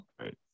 Right